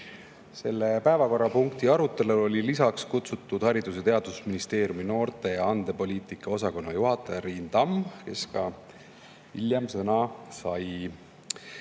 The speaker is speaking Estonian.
Selle päevakorrapunkti arutelule oli kutsutud Haridus- ja Teadusministeeriumi noorte- ja andepoliitika osakonna juhataja Riin Tamm, kes ka hiljem sõna